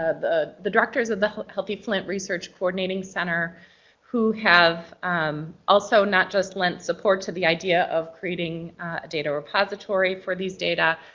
ah the the directors of the healthy flint research coordinating center who have um also not just lent support to the idea of creating a data repository for these data,